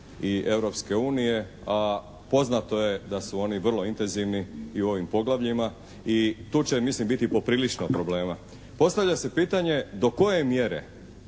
i Europske unije, a poznato je da su oni vrlo intenzivni i u ovim poglavljima i tu će mislim biti poprilično problema. Postavlja se pitanje do koje mjere